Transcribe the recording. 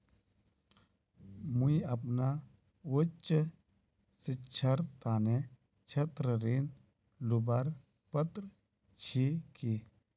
मुई अपना उच्च शिक्षार तने छात्र ऋण लुबार पत्र छि कि?